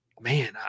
man